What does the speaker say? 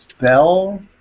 bell